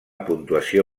puntuació